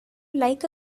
like